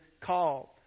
called